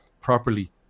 properly